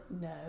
no